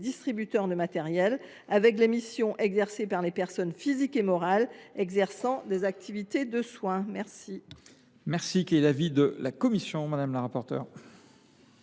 entre ces dernières et les missions exercées par les personnes physiques et morales exerçant des activités de soins. Quel